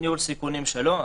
ניהול סיכונים שלו.